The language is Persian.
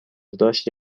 داشت